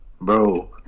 bro